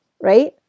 right